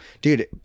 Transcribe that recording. Dude